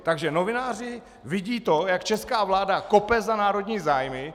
Takže novináři vidí to, jak česká vláda kope za národní zájmy.